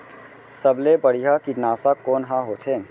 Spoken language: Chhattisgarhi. सबले बढ़िया कीटनाशक कोन ह होथे?